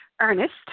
Ernest